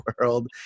world